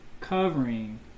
covering